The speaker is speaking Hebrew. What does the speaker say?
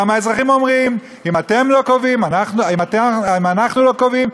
גם האזרחים אומרים: אם אנחנו לא קובעים,